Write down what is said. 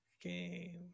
game